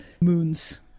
moons